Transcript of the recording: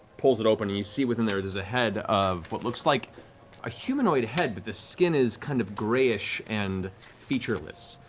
pulls it open. you see within there is a head of what looks like a humanoid head, but the skin is kind of greyish and featureless.